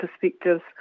perspectives